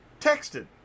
Texted